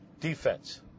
defense